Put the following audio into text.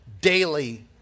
daily